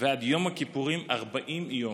עד יום הכיפורים, 40 יום,